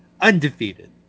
undefeated